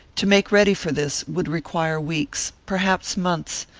to make ready for this would require weeks, perhaps months,